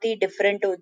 different